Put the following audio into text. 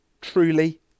truly